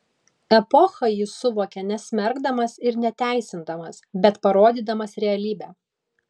epochą jis suvokia nesmerkdamas ir neteisindamas bet parodydamas realybę